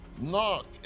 Knock